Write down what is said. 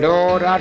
Lord